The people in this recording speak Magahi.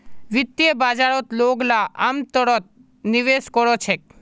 वित्तीय बाजारत लोगला अमतौरत निवेश कोरे छेक